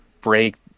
break